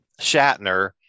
Shatner